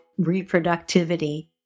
reproductivity